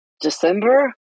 December